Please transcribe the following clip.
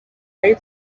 ari